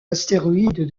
astéroïde